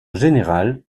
général